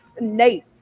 Nate